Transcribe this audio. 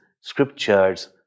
scriptures